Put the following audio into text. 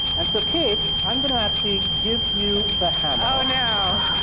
and so kate, i'm going to actually give you the hammer oh, no